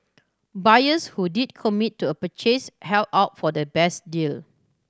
buyers who did commit to a purchase held out for the best deal